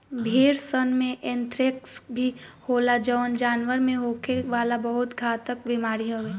भेड़सन में एंथ्रेक्स भी होला जवन जानवर में होखे वाला बहुत घातक बेमारी हवे